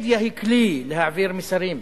מדיה היא כלי להעביר מסרים,